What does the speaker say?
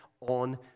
on